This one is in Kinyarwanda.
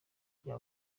bya